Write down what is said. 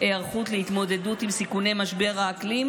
היערכות להתמודדות עם סיכוני משבר האקלים,